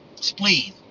Spleen